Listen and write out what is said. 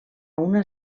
una